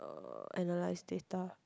uh analyse data